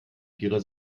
vierer